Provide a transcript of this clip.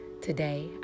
Today